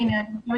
אני חושבת